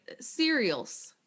cereals